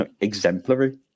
exemplary